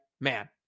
Man